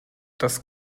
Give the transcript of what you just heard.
das